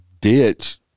ditch